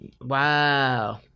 Wow